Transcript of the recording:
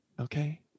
okay